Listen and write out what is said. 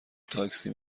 تاکسی